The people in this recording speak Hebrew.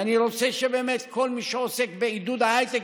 ואני רוצה באמת שכל מי שעוסק בעידוד ההייטק